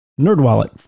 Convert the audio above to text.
NerdWallet